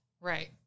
right